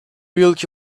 yılki